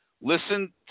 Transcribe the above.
Listen